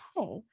okay